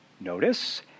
notice